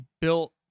built